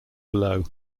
below